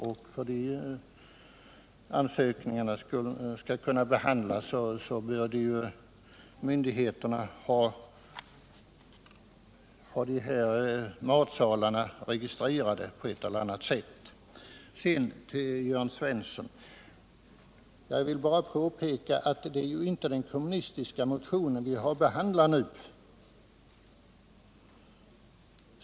För att sådana ansökningar skall kunna behandlas måste myndigheterna ha dessa matsalar registrerade på ett eller annat sätt. Sedan till Jörn Svensson! Jag vill bara påpeka att det inte är den kommunistiska motionen som vi har att behandla nu.